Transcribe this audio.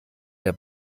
der